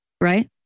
right